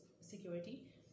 security